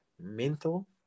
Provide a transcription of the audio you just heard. mental